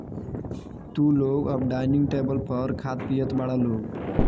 तू लोग अब डाइनिंग टेबल पर खात पियत बारा लोग